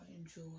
enjoy